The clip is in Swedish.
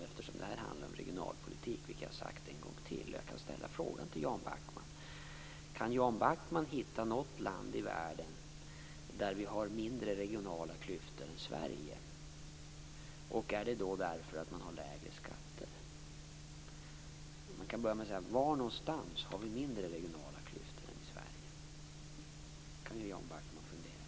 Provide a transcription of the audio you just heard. Eftersom det här handlar om regionalpolitik vill jag fråga Jan Backman: Kan Jan Backman hitta något land i världen som har mindre regionala klyftor än Sverige? Är det då därför att man har lägre skatter? Man kan börja med att säga: Var har man mindre regionala klyftor än i Sverige? Det kan Jan Backman fundera på.